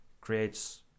creates